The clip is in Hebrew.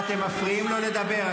ואתם מפריעים לו לדבר.